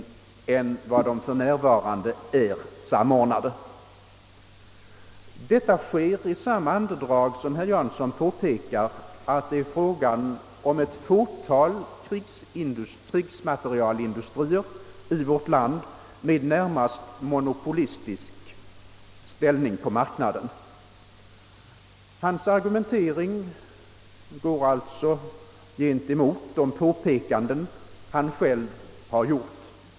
Detta sade herr Jansson i samma andetag som han påpekade att det är fråga om ett fåtal krigsmaterielindustrier med närmast monopolistisk ställning på marknaden, och hans argumentering går alltså tvärtemot de påpekanden han själv gjort.